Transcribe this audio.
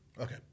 Okay